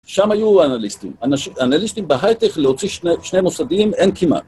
שם היו האנליסטים. אנשים, אנליסטים בהייטק להוציא שני, שני מוסדיים, אין כמעט.